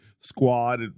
squad